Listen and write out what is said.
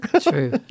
True